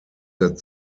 that